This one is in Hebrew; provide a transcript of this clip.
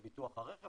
לביטוח הרכב,